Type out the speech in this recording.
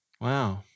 Wow